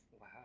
Wow